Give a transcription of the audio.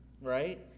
right